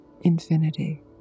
infinity